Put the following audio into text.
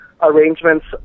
arrangements